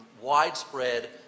widespread